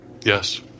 Yes